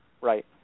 right